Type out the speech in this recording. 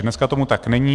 Dneska tomu tak není.